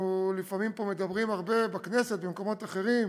אנחנו לפעמים מדברים הרבה פה בכנסת ובמקומות אחרים